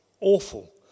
awful